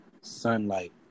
sunlight